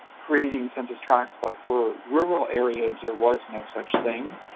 creating census tracts but for rural areas there was no such thing.